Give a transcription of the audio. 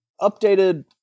updated